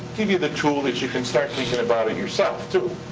give you the tool that you can start thinkin' about it yourself too.